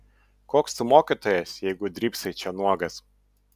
koks tu mokytojas jeigu drybsai čia nuogas